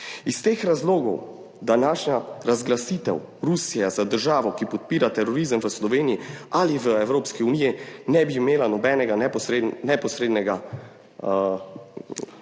Iz teh razlogov današnja razglasitev Rusije za državo, ki podpira terorizem v Sloveniji ali v Evropski uniji, ne bi imela nobenih neposrednih pravnih